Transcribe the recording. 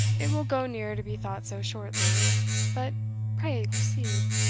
it will go near to be thought so shortly but pray proceed.